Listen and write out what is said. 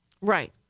right